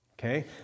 okay